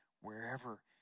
wherever